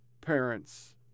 parents